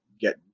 get